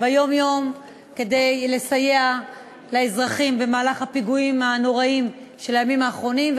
ביום-יום בסיוע לאזרחים במהלך הפיגועים הנוראיים של הימים האחרונים.